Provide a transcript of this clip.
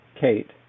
Kate